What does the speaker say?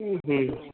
हुँ